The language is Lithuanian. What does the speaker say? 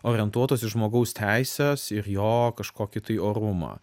orientuotos į žmogaus teises ir jo kažkokį tai orumą